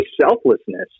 selflessness